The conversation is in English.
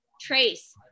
Trace